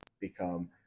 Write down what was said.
become